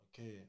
Okay